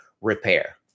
repair